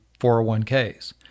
401ks